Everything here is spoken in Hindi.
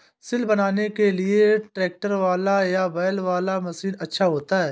सिल बनाने के लिए ट्रैक्टर वाला या बैलों वाला मशीन अच्छा होता है?